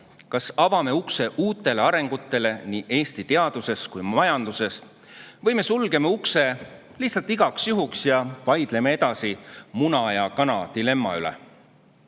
kas avame ukse uuele arengule nii Eesti teaduses kui majanduses või sulgeme ukse lihtsalt igaks juhuks ning vaidleme edasi muna ja kana dilemma üle.